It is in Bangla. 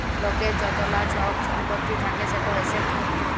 লকের য্তলা ছব ছম্পত্তি থ্যাকে সেট এসেট